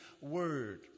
Word